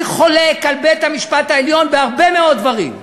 אני חולק על בית-המשפט העליון בהרבה מאוד דברים,